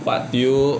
but you